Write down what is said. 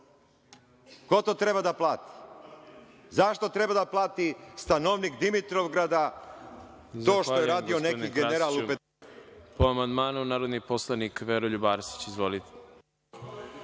Ko to treba da plati? Za šta treba da plati stanovnik Dimitrovgrada to što je radio neki general u ….?